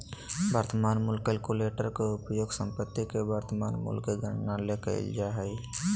वर्तमान मूल्य कलकुलेटर के उपयोग संपत्ति के वर्तमान मूल्य के गणना ले कइल जा हइ